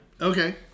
Okay